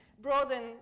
broaden